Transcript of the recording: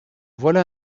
voilà